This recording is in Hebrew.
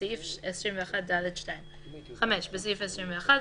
סעיף 21(ד2)"; (5)בסעיף 21,